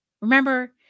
Remember